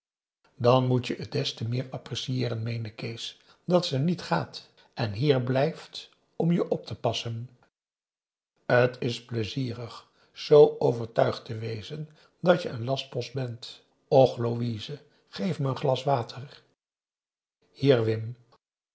dan moet je het des te meer apprecieeren meende kees dat ze niet gaat en hier blijft om je op te passen t is pleizierig zoo overtuigd te wezen dat je een lastpost ben och louise geef me een glas water hier